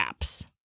apps